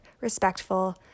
respectful